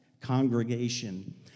congregation